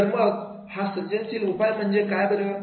तर मग हा सर्जनशील उपाय म्हणजे काय बरं